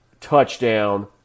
touchdown